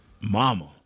mama